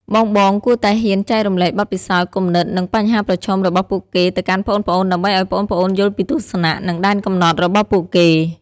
បងៗគួរតែហ៊ានចែករំលែកបទពិសោធន៍ គំនិត និងបញ្ហាប្រឈមរបស់ពួកគេទៅកាន់ប្អូនៗ ដើម្បីឱ្យប្អូនៗយល់ពីទស្សនៈ និងដែនកំណត់របស់ពួកគេ។